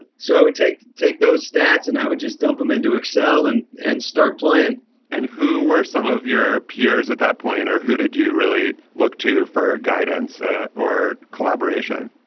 so i would take take those stats and i would just dump them into excel and and start playing and who were some of your peers at that point or who did you really look to for guidance ah or collaboration?